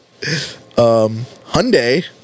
Hyundai